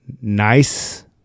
nice